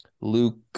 Luke